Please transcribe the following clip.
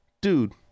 Dude